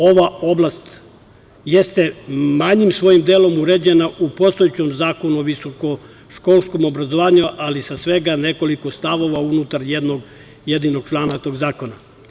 Ova oblast jeste manjim svojim delom uređena u postojećem Zakonu o visokoškolskom obrazovanju, ali sa svega nekoliko stavova unutar jednog jedinog člana tog zakona.